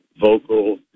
vocal